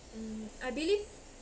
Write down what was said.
mm I believe